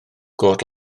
got